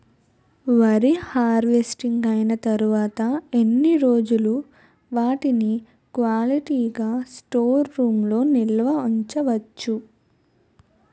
వరి హార్వెస్టింగ్ అయినా తరువత ఎన్ని రోజులు వాటిని క్వాలిటీ గ స్టోర్ రూమ్ లొ నిల్వ ఉంచ వచ్చు?